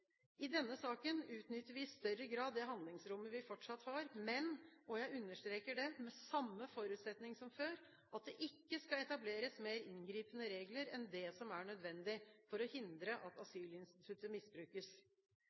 I denne saken utnytter vi i større grad det handlingsrommet vi fortsatt har, men, og jeg understreker det, med samme forutsetning som før, at det ikke skal etableres mer inngripende regler enn det som er nødvendig for å hindre at asylinstituttet misbrukes.